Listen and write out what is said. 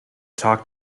talk